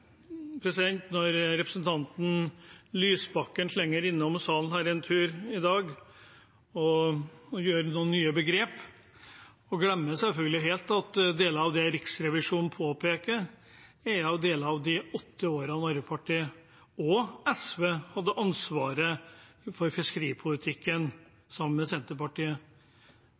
når representanten Lysbakken slenger innom salen en tur i dag, kommer med noen nye begrep og selvfølgelig glemmer helt at deler av det Riksrevisjonen påpeker, gjelder deler av de åtte årene Arbeiderpartiet og SV hadde ansvaret for fiskeripolitikken, sammen med Senterpartiet.